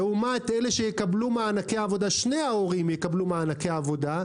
לעומת אלה שיקבלו מענקי עבודה שני ההורים יקבלו מענקי עבודה,